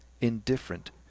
indifferent